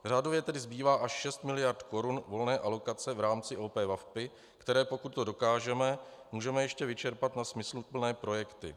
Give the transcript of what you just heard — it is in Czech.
Řádově tedy zbývá až 6 miliard korun volné alokace v rámci OP VaVpI, které, pokud to dokážeme, můžeme ještě vyčerpat na smysluplné projekty.